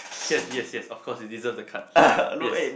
yes yes yes of course he deserve the card yes